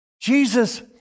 Jesus